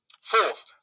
Fourth